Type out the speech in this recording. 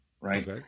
right